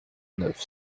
neuf